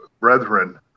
brethren